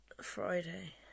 Friday